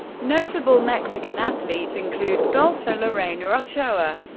notable mexican athletes include golfer lorena ochoa,